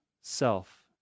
self